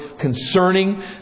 concerning